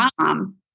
mom